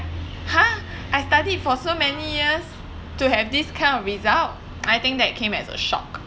!huh! I studied for so many years to have this kind of result I think that came as a shock